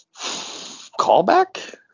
callback